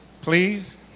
Please